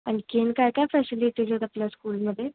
आणखीन काय काय फॅसिलिटीज आहेत आपल्या स्कूलमध्ये